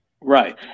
Right